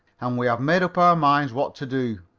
and we have made up our minds what to do.